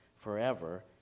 forever